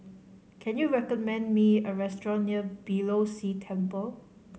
can you recommend me a restaurant near Beeh Low See Temple